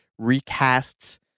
recasts